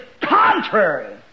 contrary